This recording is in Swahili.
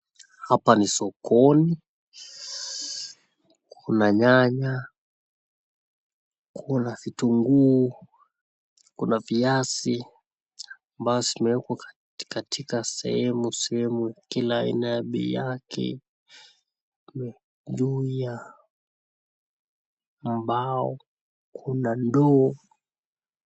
Hapa ni sokoni, kuna nyanya, kuna vitunguu , kuna viazi ambayo zimewekwa katika sehemu kila aina na bei yake juu ya mbao kuna ndoo.